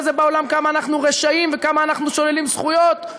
זה בעולם כמה אנחנו רשעים וכמה אנחנו שוללים זכויות.